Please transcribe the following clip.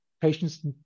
patients